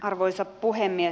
arvoisa puhemies